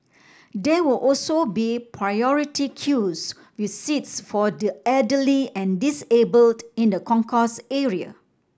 there will also be priority queues with seats for the elderly and disabled in the concourse area